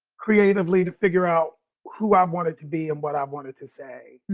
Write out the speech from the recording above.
creatively, to figure out who i wanted to be and what i wanted to say